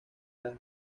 las